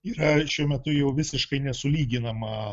yra šiuo metu jau visiškai nesulyginama